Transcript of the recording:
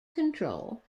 control